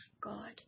God